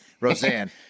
Roseanne